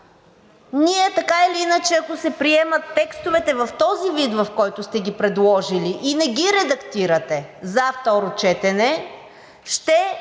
Ние така или иначе, ако се приемат текстовете в този вид, в който сте ги предложили и не ги редактирате за второ четене, ще